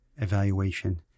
evaluation